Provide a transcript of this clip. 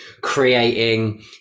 creating